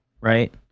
right